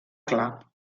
clar